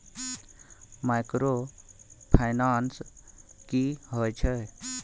Microfinance की होय छै?